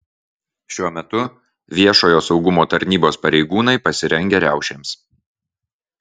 šiuo metu viešojo saugumo tarnybos pareigūnai pasirengę riaušėms